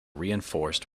reinforced